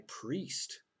priest